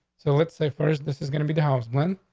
so let's say first, this is gonna be the house plan.